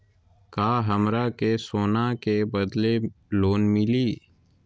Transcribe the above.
का हमरा के सोना के बदले लोन मिलि?